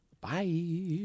Bye